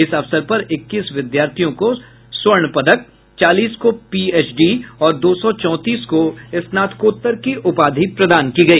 इस अवसर पर इक्कीस विद्यार्थियों को स्वर्ण पदक चालीस को पीएचडी और दो सौ चौंतीस को स्नातकोत्तर की उपाधि प्रदान की गई